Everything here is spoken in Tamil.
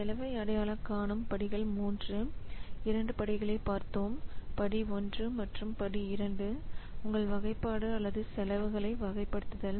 செலவை அடையாளம் காணும் படிகள் மூன்று இரண்டு படிகளை இன்று பார்த்தோம் படி 1 மற்றும் படி 2 உங்கள் வகைப்பாடு அல்லது செலவை வகைப்படுத்துதல்